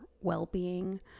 well-being